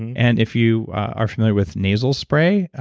and if you are familiar with nasal spray,